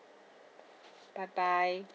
bye bye